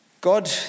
God